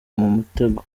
mutego